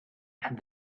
and